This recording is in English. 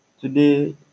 today